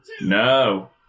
No